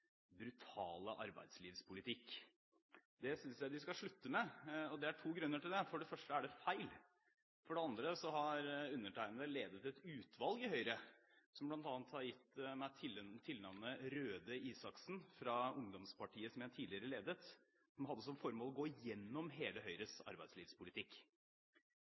brutale arbeidslivspolitikk. Det synes jeg de skal slutte med. Det er to grunner til det: For det første er det feil. For det andre har undertegnede ledet et utvalg i Høyre som bl.a. har gitt meg tilnavnet «Røde Isaksen» av ungdomspartiet som jeg tidligere ledet, og som hadde som formål å gå igjennom hele Høyres arbeidslivspolitikk.